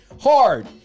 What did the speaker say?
hard